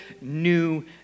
new